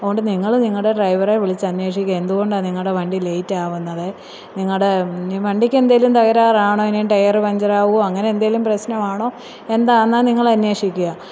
അതുകൊണ്ട് നിങ്ങൾ നിങ്ങളുടെ ഡ്രൈവറേ വിളിച്ച് അന്വേഷിക്ക് എന്തുകൊണ്ടാ നിങ്ങളുടെ വണ്ടി ലേയ്റ്റ് ആവുന്നത് നിങ്ങളുടെ ഇനി വണ്ടിക്ക് എന്തെങ്കിലും തകരാറാണോ ഇനി ടയറ് പഞ്ചർ ആകുമോ അങ്ങനെ എന്തെങ്കിലും പ്രശ്നമാണോ എന്താണെന്ന് നിങ്ങൾ അന്വേഷിക്കുക